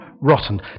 rotten